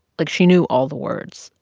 like, she knew all the words,